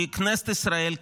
כי כנסת ישראל,